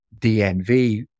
DNV